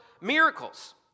miracles